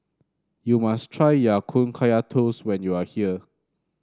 you must try Ya Kun Kaya Toast when you are here